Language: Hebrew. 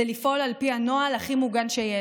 זה לפעול על פי הנוהל הכי מוגן שיש.